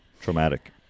Traumatic